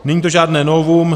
Není to žádné novum.